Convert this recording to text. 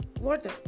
water